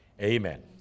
Amen